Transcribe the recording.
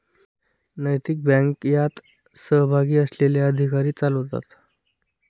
नैतिक बँक यात सहभागी असलेले अधिकारी चालवतात